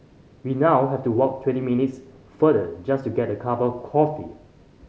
we now have to walk twenty minutes farther just to get a cup of coffee